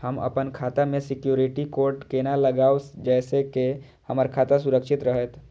हम अपन खाता में सिक्युरिटी कोड केना लगाव जैसे के हमर खाता सुरक्षित रहैत?